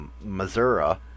Missouri